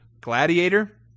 Gladiator